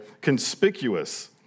conspicuous